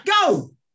go